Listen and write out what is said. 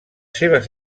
seves